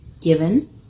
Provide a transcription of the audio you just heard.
given